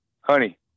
honey